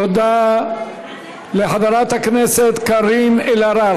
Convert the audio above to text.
תודה לחברת הכנסת קארין אלהרר.